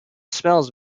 spells